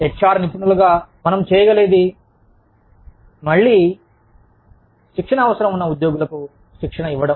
HR నిపుణులుగా మనం చేయగలిగేది మళ్ళీ శిక్షణ అవసరం ఉన్నఉద్యోగులకు శిక్షణ ఇవ్వడం